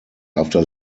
after